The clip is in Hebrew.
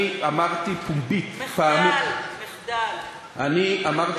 אני אמרתי פומבית, מחדל, מחדל, פשוט מחדל.